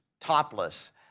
topless